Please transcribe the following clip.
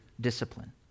discipline